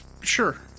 Sure